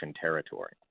territory